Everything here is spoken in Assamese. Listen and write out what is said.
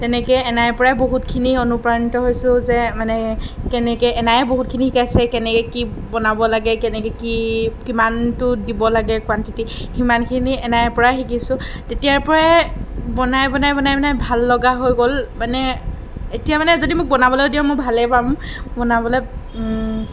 তেনেকৈ এনাইৰ পৰাই বহুতখিনি অনুপ্ৰাণিত হৈছোঁ যে মানে কেনেকৈ এনায়ে বহুতখিনি শিকাইছে কেনেকৈ কি বনাব লাগে কেনেকৈ কি কিমানটো দিব লাগে কুৱানটিটী সিমানখিনি এনাইৰ পৰাই শিকিছোঁ তেতিয়াৰ পৰাই বনাই বনাই বনাই বনাই ভাললগা হৈ গ'ল মানে এতিয়া মানে যদি মোক বনাবলৈ দিয়ে ভালেই পাম বনাবলৈ